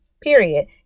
Period